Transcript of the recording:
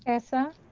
tessa?